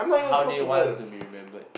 how do you want to be remembered